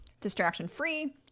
distraction-free